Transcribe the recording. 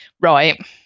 Right